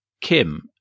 Kim